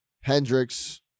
Hendricks